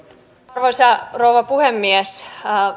arvoisa rouva puhemies